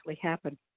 happen